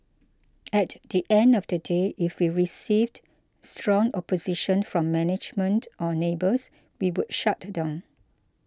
at the end of the day if we received strong opposition from management or neighbours we would shut down